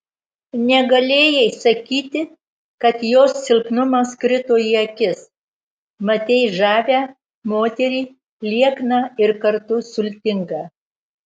negalėjai sakyti kad jos silpnumas krito į akis matei žavią moterį liekną ir kartu sultingą